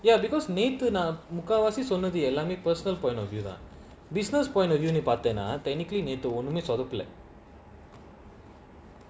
ya because நேத்துநான்முக்காவாசிசொன்னதுஎல்லாமே:nethu nan mukkavasi sonnathu ellame personal point of view lah business point of view need பார்த்தேனா:parthena ah technically need to நேத்துஒண்ணுமேசொதப்பல:nethu onnume sothapala